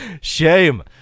Shame